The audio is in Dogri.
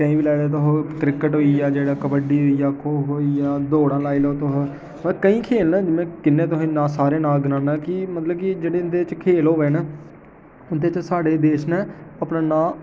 कोई बी लाई लैओ तुस क्रिकेट होइया जेह्ड़ा कबड्डी जां खो खो होइया दौड़ां लाई लैओ तुस मतलब केईं खेल न में किन्ने तुसें ई सारे नांऽ गनाना की मतलब की जेह्ड़े इं'दे च खेल होवे ना उं'दे च साढ़े देश ने अपना नांऽ